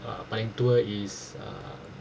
uh paling tua is uh